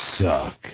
suck